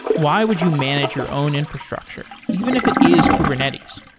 why would you manage your own infrastructure even if it is kubernetes?